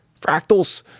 Fractals